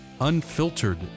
Unfiltered